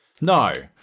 No